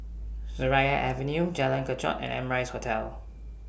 Seraya Avenue Jalan Kechot and Amrise Hotel